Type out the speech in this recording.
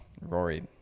rory